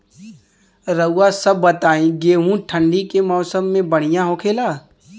रउआ सभ बताई गेहूँ ठंडी के मौसम में बढ़ियां होखेला?